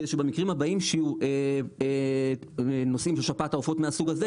כדי שבמקרים הבאים נושאים של שפעת העופות מהסוג הזה,